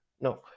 no